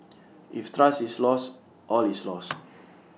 if trust is lost all is lost